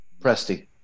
Presti